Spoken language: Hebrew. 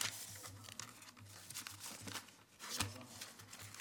תודה רבה.